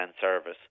service